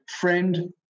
friend